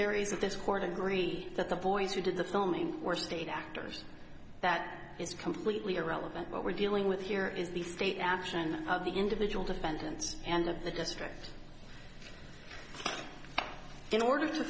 is of this court agree that the boys who did the filming were state actors that is completely irrelevant what we're dealing with here is the state action of the individual defendants and of the destruct in order to